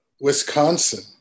Wisconsin